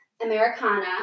Americana